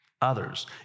others